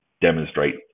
demonstrate